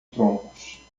troncos